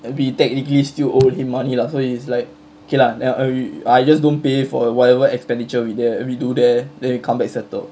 it'd be technically still owe him money lah so is like okay lah then I I just don't pay for whatever expenditure we there we do there then we come back settled